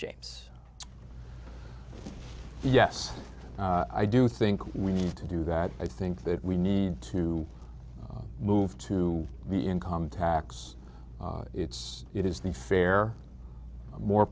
james yes i do think we need to do that i think that we need to move to the income tax it's it is the fair more